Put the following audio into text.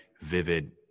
vivid